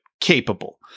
capable